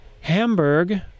hamburg